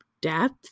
depth